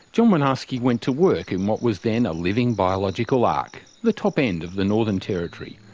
john woinarski went to work in what was then a living biological ark, the top end of the northern territory,